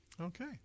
okay